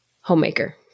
homemaker